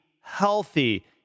healthy